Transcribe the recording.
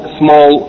small